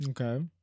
Okay